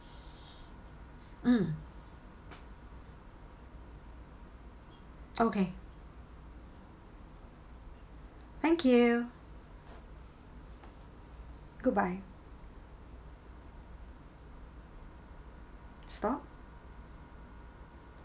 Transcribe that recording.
mm okay thank you goodbye stop